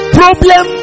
problem